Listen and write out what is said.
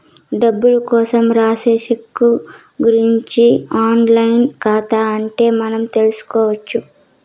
డబ్బులు కోసం రాసే సెక్కు గురుంచి ఆన్ లైన్ ఖాతా ఉంటే మనం తెల్సుకొచ్చు